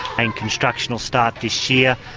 and construction will start this year.